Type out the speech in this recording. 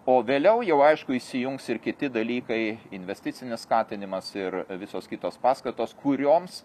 o vėliau jau aišku įsijungs ir kiti dalykai investicinis skatinimas ir visos kitos paskatos kurioms